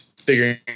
figuring